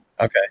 okay